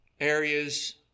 areas